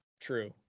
True